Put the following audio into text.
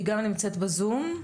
היא גם נמצאת בזום,